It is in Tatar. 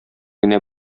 генә